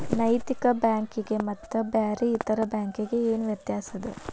ನೈತಿಕ ಬ್ಯಾಂಕಿಗೆ ಮತ್ತ ಬ್ಯಾರೆ ಇತರೆ ಬ್ಯಾಂಕಿಗೆ ಏನ್ ವ್ಯತ್ಯಾಸದ?